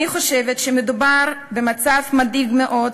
אני חושבת שמדובר במצב מדאיג מאוד,